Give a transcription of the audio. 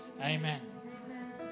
Amen